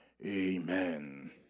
Amen